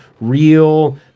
real –